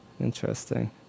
Interesting